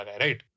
right